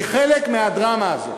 היא חלק מהדרמה הזאת.